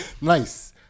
Nice